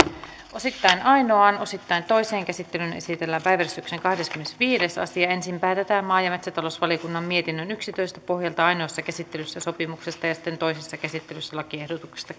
osittain ainoaan osittain toiseen käsittelyyn esitellään päiväjärjestyksen kahdeskymmenesviides asia ensin päätetään maa ja metsätalousvaliokunnan mietinnön yksitoista pohjalta ainoassa käsittelyssä sopimuksesta ja sitten toisessa käsittelyssä lakiehdotuksesta